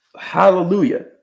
Hallelujah